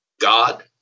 God